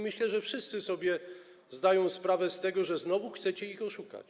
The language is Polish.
Myślę, że wszyscy sobie zdają sprawę z tego, że znowu chcecie ich oszukać.